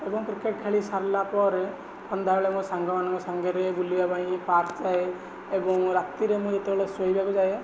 ଏବଂ କ୍ରିକେଟ୍ ଖେଳି ସାରିଲା ପରେ ସନ୍ଧ୍ୟାବେଳେ ମୋ ସାଙ୍ଗମାନଙ୍କ ସାଙ୍ଗରେ ବୁଲିବା ପାଇଁ ପାର୍କ୍ ଯାଏ ଏବଂ ରାତିରେ ମୁଁ ଯେତେବେଳେ ଶୋଇବାକୁ ଯାଏ